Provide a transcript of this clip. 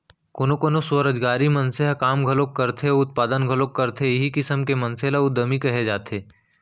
कोनो कोनो स्वरोजगारी मनसे मन ह काम घलोक करथे अउ उत्पादन घलोक करथे इहीं किसम के मनसे ल उद्यमी कहे जाथे